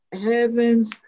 Heavens